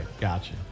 gotcha